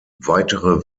weitere